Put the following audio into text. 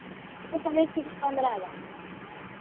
तो चलिए ठीक हे पंद्रह हज़ार